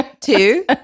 Two